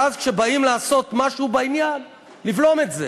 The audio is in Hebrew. ואז כשבאים לעשות משהו בעניין לבלום את זה.